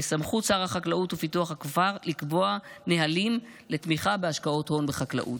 וסמכות שר החקלאות ופיתוח הכפר לקבוע נהלים לתמיכה בהשקעות הון בחקלאות.